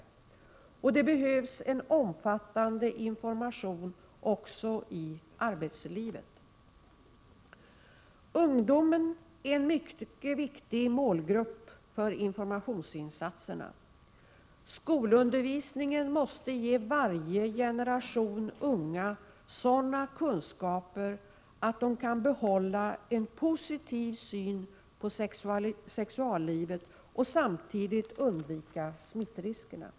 Det behövs en omfattande information också i arbetslivet. Ungdomen är en mycket viktig målgrupp för informationsinsatserna. Skolundervisningen måste ge varje generation unga sådana kunskaper att de kan behålla en positiv syn på sexuallivet och samtidigt undvika smittriskerna.